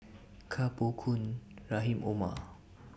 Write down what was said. Koh Poh Koon Rahim Omar